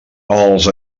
els